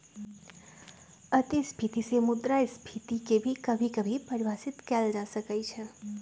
अतिस्फीती से मुद्रास्फीती के भी कभी कभी परिभाषित कइल जा सकई छ